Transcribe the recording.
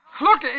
Look